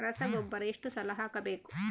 ರಸಗೊಬ್ಬರ ಎಷ್ಟು ಸಲ ಹಾಕಬೇಕು?